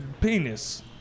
penis